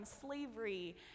slavery